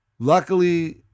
Luckily